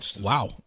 Wow